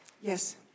Yes